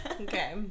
Okay